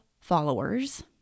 followers